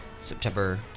September